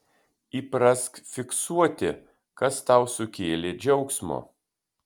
įprask fiksuoti kas tau sukėlė džiaugsmo